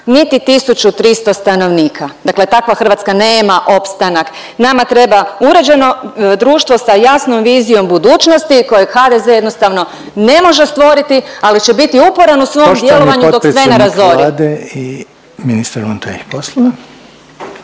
niti 1.300 stanovnika. Dakle, takva Hrvatska nema opstanak. Nama treba uređeno društvo sa jasnom vizijom budućnosti kojeg HDZ jednostavno ne može stvoriti, ali će biti uporan u svom djelovanju dok sve ne razori.